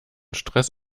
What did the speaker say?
stress